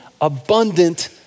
abundant